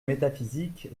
métaphysique